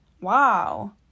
wow